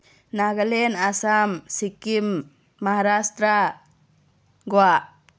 Nagaland Assam Sikkim Maharashtra Goa